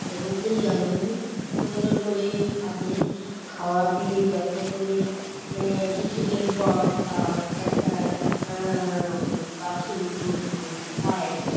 একটা গুরুকেই আমি সুন্দর করে তাকে খাওয়া দিয়ে যত্ন করে কিছুদিন পর তার একটা বাছুর হয়